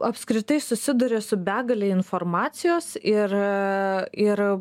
apskritai susiduria su begale informacijos ir ir